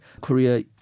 Korea